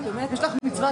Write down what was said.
התוצאה